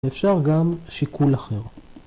‫אפשר גם שיקול אחר.